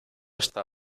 está